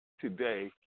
today